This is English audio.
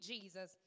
Jesus